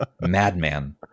madman